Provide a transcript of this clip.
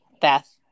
Beth